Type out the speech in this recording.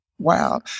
Wow